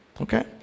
Okay